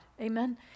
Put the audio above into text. Amen